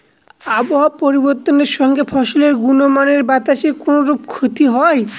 আবহাওয়ার পরিবর্তনের সঙ্গে ফসলের গুণগতমানের বাতাসের কোনরূপ ক্ষতি হয়?